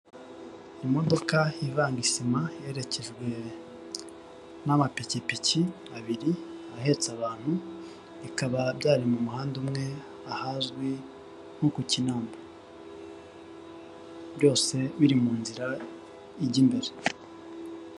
By'ibanze wakora mu gihe habayeho gusohoka kwa gaze, mu gihe uri nko mu nzu ushobora gusohoka cyangwa ugakoresha ubundi buryo bwakurinda kugira ngo itaza kukwangiza.